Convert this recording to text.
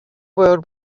world